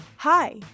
Hi